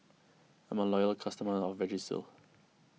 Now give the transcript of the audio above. I'm a loyal customer of Vagisil